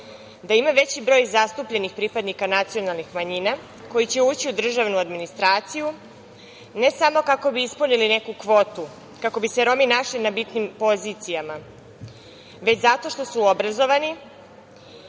da ima veći broj zastupljenih pripadnika nacionalnih manjina koji će ući u držanu administraciju ne samo kako bi ispunili neku kvotu, kako bi se Romi našli na bitnim pozicijama, već zato što su obrazovani